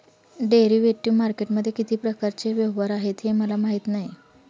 derivative मार्केटमध्ये किती प्रकारचे व्यवहार आहेत हे मला माहीत नाही